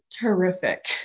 terrific